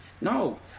No